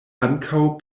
ankaŭ